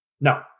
No